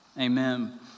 Amen